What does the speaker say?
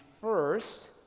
first